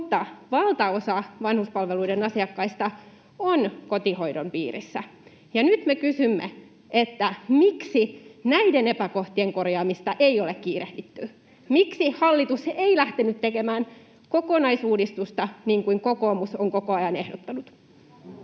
mutta valtaosa vanhuspalveluiden asiakkaista on kotihoidon piirissä. Nyt me kysymme: Miksi näiden epäkohtien korjaamista ei ole kiirehditty? Miksi hallitus ei lähtenyt tekemään kokonaisuudistusta, niin kuin kokoomus on koko ajan ehdottanut?